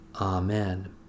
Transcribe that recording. Amen